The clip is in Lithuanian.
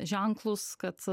ženklus kad